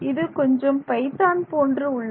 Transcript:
இது கொஞ்சம் பைத்தான் போன்று உள்ளது